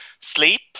sleep